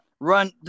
run